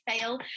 fail